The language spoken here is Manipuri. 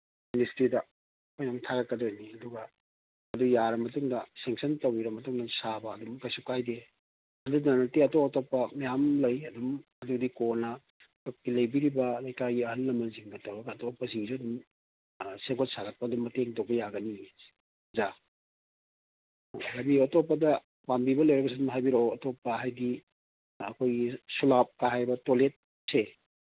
ꯃꯤꯅꯤꯁꯇ꯭ꯔꯤꯗ ꯑꯩꯈꯣꯏꯅ ꯑꯃꯨꯛ ꯊꯥꯒꯠꯀꯗꯣꯏꯅꯤ ꯑꯗꯨꯒ ꯑꯗꯨ ꯌꯥꯔ ꯃꯇꯨꯡꯗ ꯁꯪꯁꯟ ꯇꯧꯕꯤꯔ ꯃꯇꯨꯡꯗ ꯁꯥꯕ ꯑꯗꯨꯝ ꯀꯩꯁꯨ ꯀꯥꯏꯗꯦ ꯑꯗꯨꯗ ꯅꯠꯇꯦ ꯑꯇꯣꯞ ꯑꯇꯣꯞꯄ ꯃꯌꯥꯝ ꯂꯩ ꯑꯗꯨꯝ ꯑꯗꯨꯗꯤ ꯀꯣꯟꯅ ꯀ꯭ꯂꯕꯀꯤ ꯂꯩꯕꯤꯔꯤꯕ ꯂꯩꯀꯥꯏꯒꯤ ꯑꯍꯟ ꯂꯃꯟꯁꯤꯡꯅ ꯇꯧꯔꯒ ꯑꯇꯣꯞꯄꯁꯤꯡꯁꯨ ꯑꯗꯨꯝ ꯁꯦꯝꯒꯠ ꯁꯥꯒꯠꯄꯗ ꯑꯗꯨꯝ ꯃꯇꯦꯡ ꯇꯧꯕ ꯌꯥꯒꯅꯤ ꯑꯣꯖꯥ ꯍꯥꯏꯕꯤꯌꯨ ꯑꯇꯣꯞꯄꯗ ꯄꯥꯝꯕꯤꯕ ꯂꯩꯔꯒꯁꯨ ꯑꯗꯨꯝ ꯍꯥꯏꯕꯤꯔꯛꯑꯣ ꯑꯇꯣꯞꯄ ꯍꯥꯏꯗꯤ ꯑꯩꯈꯣꯏꯒꯤ ꯁꯨꯂꯥꯞꯀ ꯍꯥꯏꯕ ꯇꯣꯏꯂꯦꯠꯁꯦ